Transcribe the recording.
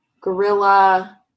gorilla